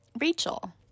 Rachel